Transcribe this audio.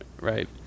right